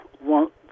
want